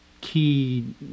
key